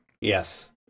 Yes